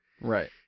right